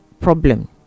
problem